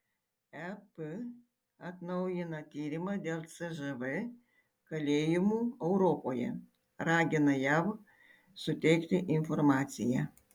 ep atnaujina tyrimą dėl cžv kalėjimų europoje ragina jav suteikti informaciją